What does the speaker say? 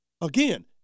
Again